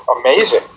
amazing